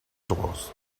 quatorze